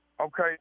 Okay